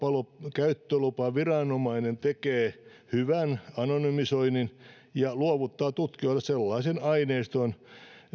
käyttölupaviranomainen tekee hyvän anonymisoinnin ja luovuttaa tutkijoille sellaisen aineiston